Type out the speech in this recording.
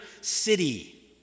city